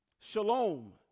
Shalom